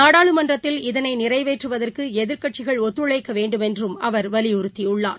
நாடாளுமன்றத்தில் இதனை நிறைவேற்றுவதற்கு எதிர்க்கட்சிகள் ஒத்துழைக்க வேண்டுமென்றும் அவர் வலியுறுத்தியுள்ளார்